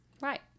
right